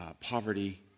poverty